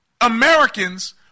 Americans